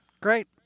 great